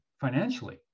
financially